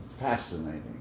fascinating